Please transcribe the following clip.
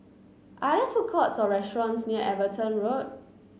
are there food courts or restaurants near Everton Road